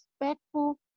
respectful